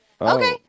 Okay